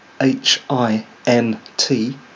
h-i-n-t